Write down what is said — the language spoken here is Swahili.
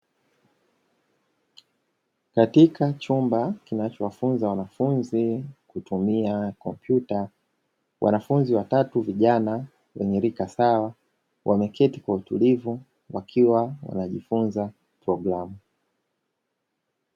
Katika wachumba kinachowafunza wanafunzi kutumia kompyuta, wanafunzi watatu vijana wenye rika sawa wameketi kwa utulivu wakiwa wanajifunza programu.